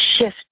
shift